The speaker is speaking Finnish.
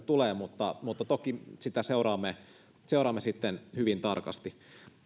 tulee toki sitä seuraamme seuraamme sitten hyvin tarkasti